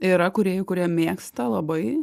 yra kūrėjų kurie mėgsta labai